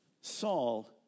Saul